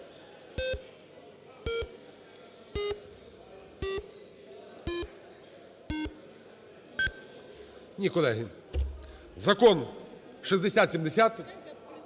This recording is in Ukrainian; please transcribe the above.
Ні, колеги, Закон 6070